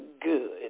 good